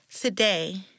Today